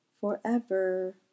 forever